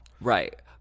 Right